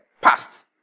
Past